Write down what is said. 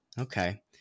Okay